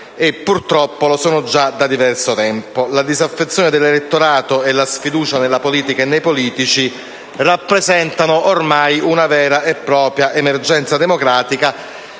e purtroppo lo è già da diverso tempo. La disaffezione dell'elettorato e la sfiducia nella politica e nei politici rappresentano ormai una vera e propria emergenza democratica